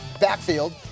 backfield